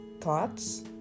Thoughts